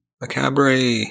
macabre